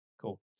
Cool